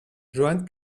johann